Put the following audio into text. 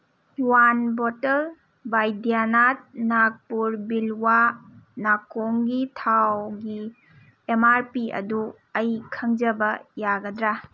one bottle ꯕꯥꯏꯗ꯭ꯌꯅꯥꯠ ꯅꯥꯛꯄꯨꯔ ꯕꯤꯜꯋꯥ ꯅꯥꯀꯣꯡꯒꯤ ꯊꯥꯎꯒꯤ ꯑꯦꯝ ꯃꯥꯔ ꯄꯤ ꯑꯗꯨ ꯑꯩ ꯈꯪꯖꯕ ꯌꯥꯒꯗ꯭ꯔꯥ